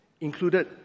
included